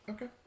Okay